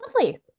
Lovely